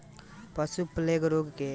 पशु प्लेग रोग के लक्षण का ह?